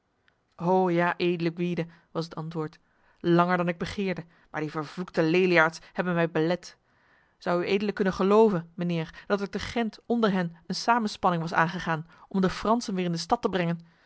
ho ja edele gwyde was het antwoord langer dan ik begeerde maar die vervloekte leliaards hebben mij belet zou uedele kunnen geloven mijnheer dat er te gent onder hen een samenspanning was aangegaan om de fransen weer in de stad te brengen